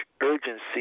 urgency